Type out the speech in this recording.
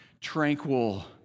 tranquil